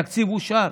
תקציב אושר.